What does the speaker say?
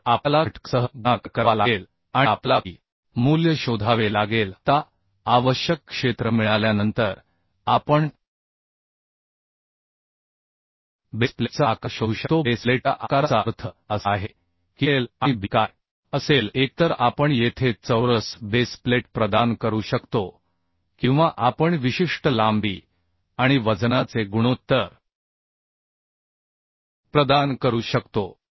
तर आपल्याला घटकासह गुणाकार करावा लागेल आणि आपल्याला p मूल्य शोधावे लागेल आता आवश्यक क्षेत्र मिळाल्यानंतर आपण बेस प्लेटचा आकार शोधू शकतो बेस प्लेटच्या आकाराचा अर्थ असा आहे की L आणि B काय असेल एकतर आपण येथे चौरस बेस प्लेट प्रदान करू शकतो किंवा आपण विशिष्ट लांबी आणि वजनाचे गुणोत्तर प्रदान करू शकतो